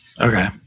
Okay